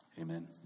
Amen